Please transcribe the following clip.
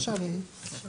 כשהוא יחזור.